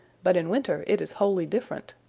but in winter it is wholly different.